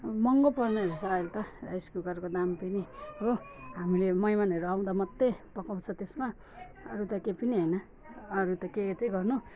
महँगो पर्नेरहेछ अहिले त राइस कुकरको दाम पनि हो हामीले मेहमानहरू आउँदा मात्रै पकाउँछ त्यसमा अरू त केही पनि होइन अरू त के यतै गर्नु